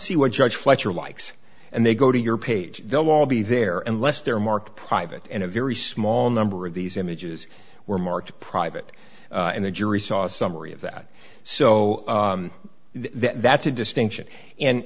see what judge fletcher likes and they go to your page they'll all be there and less they're marked private and a very small number of these images were marked private and the jury saw a summary of that so that's a distinction and